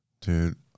Dude